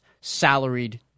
salaried